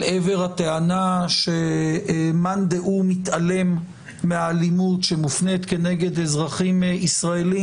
אל עבר הטענה שמאן דהו מתעלם מהאלימות שמופנית כנגד אזרחים ישראלים,